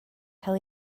cael